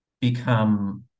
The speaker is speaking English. become